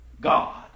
God